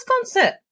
concert